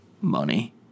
Money